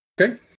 Okay